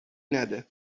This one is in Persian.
نده